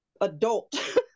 adult